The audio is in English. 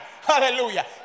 Hallelujah